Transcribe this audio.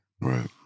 right